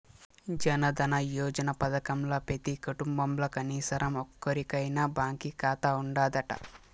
జనదన యోజన పదకంల పెతీ కుటుంబంల కనీసరం ఒక్కోరికైనా బాంకీ కాతా ఉండాదట